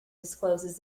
discloses